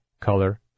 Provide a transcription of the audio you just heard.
color